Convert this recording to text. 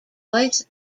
voice